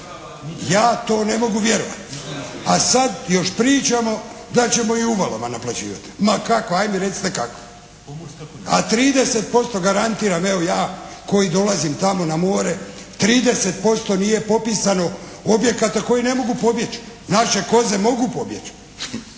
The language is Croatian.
Ja to ne mogu vjerovati, a sad još pričamo da ćemo i u uvalama naplaćivati. Ma kako? Ajde recite kako? A 30% garantiram evo ja koji dolazim tamo na more, 30% nije popisano objekata koji ne mogu pobjeći. Naše koze mogu pobjeći.